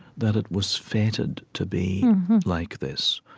that it was fated to be like this.